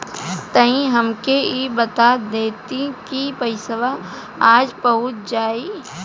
तनि हमके इ बता देती की पइसवा आज पहुँच जाई?